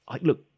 look